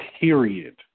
period